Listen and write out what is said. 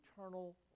eternal